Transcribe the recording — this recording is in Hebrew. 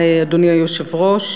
אדוני היושב-ראש,